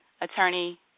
attorney